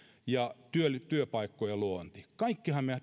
ja työpaikkojen luonti kaikkihan me